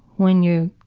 when you're